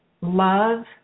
love